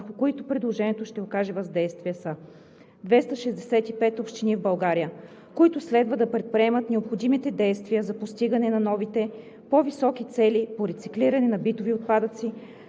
които предложението ще окаже въздействие, са 265 общини в България, които следва да предприемат необходимите действия за постигане на новите по-високи цели по рециклирането на битовите отпадъци,